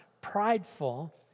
prideful